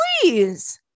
Please